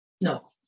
No